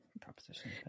proposition